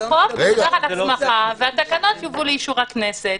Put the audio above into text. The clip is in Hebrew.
החוק הוא תחת הסמכה והתקנות יובאו לאישור הכנסת.